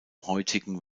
heutigen